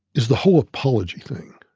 is the whole apology thing.